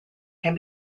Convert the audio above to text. can